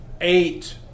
Eight